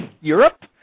Europe